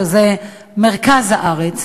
שזה מרכז הארץ,